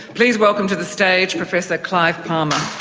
please welcome to the stage professor clive palmer.